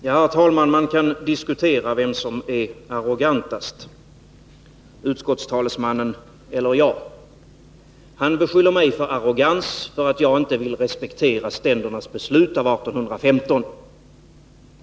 Herr talman! Man kan diskutera vem som är arrogantast, utskottstalesmannen eller jag. Han beskyller mig för arrogans därför att jag inte vill respektera ständernas beslut av 1815.